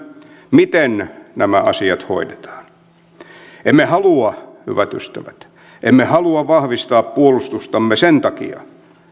miten nämä asiat hoidetaan emme halua hyvät ystävät emme halua vahvistaa puolustustamme sen takia